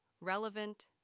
relevant